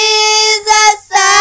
Jesus